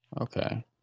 Okay